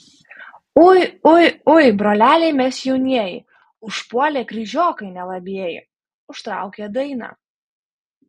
ui ui ui broleliai mes jaunieji užpuolė kryžiokai nelabieji užtraukė dainą